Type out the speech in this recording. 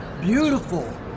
beautiful